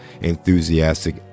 enthusiastic